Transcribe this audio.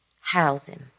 Housing